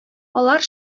алар